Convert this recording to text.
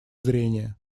зрения